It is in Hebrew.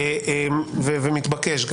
בעיניי, וגם מתבקש.